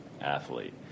athlete